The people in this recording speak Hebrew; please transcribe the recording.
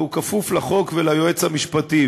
והוא כפוף לחוק וליועץ המשפטי.